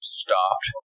stopped